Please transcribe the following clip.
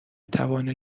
توان